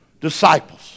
disciples